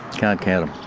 count count em.